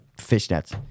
fishnets